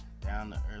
down-to-earth